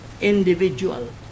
Individual